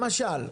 למשל,